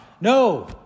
No